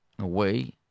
away